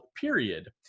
period